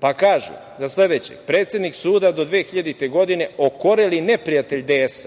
Pa kažu za sledećeg – predsednik suda do 2000. godine, okoreli neprijatelj DS,